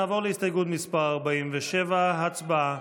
נעבור להסתייגות מס' 44. הצבעה.